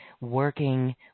working